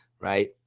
right